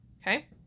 okay